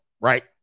right